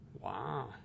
Wow